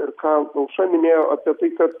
ir ką aušra minėjo apie tai kad